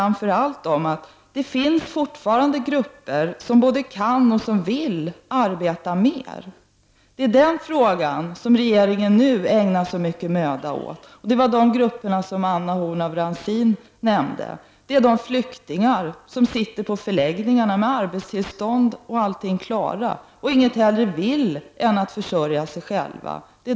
Jo, den handlar om att det finns grupper i samhället som både kan och vill arbeta mer. Det är den frågan som regeringen nu ägnar så mycken möda åt. Det var också dessa grupper av människor som Anna Horn af Rantzien nämnde. Det rör sig exempelvis om flyktingar på förläggningar som har arbetstillstånd och inget hellre vill än att försörja sig själva.